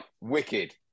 wicked